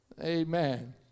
Amen